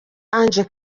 ange